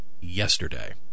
yesterday